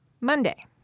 Monday